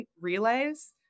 relays